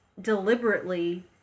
deliberately